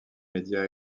media